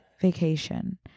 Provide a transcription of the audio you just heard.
vacation